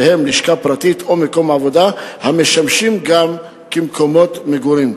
שהם לשכה פרטית או מקום עבודה המשמשים גם מקומות מגורים.